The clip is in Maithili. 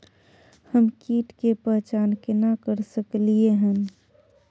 हम कीट के पहचान केना कर सकलियै हन?